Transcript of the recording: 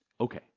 Okay